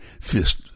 fist